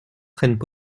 prennent